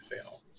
fail